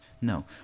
No